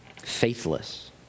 faithless